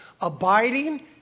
abiding